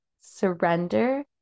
surrender